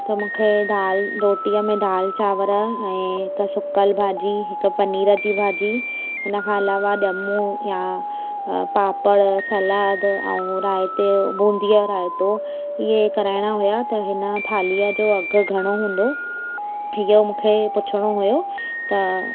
त मूंखे दाल रोटीअ में दाल चांवर ऐं हिकु सुकल भाॼी हिक पनीर जी भाॼी हिनखां अलावा ॼमूं यां पापड़ सलाद ऐं रायते जो बूंदीअ जो रायतो इहे कराइणा हुआ हिन थालीअ जो अघु घणो वेंदो इहो मूंखे पुछिणो हुयो त